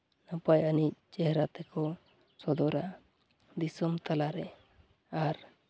ᱱᱟᱯᱟᱭ ᱟᱹᱱᱤᱡ ᱪᱮᱦᱨᱟ ᱛᱮᱠᱚ ᱥᱚᱫᱚᱨᱟ ᱫᱤᱥᱚᱢ ᱛᱟᱞᱟᱨᱮ ᱟᱨ